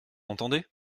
entendez